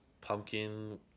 pumpkin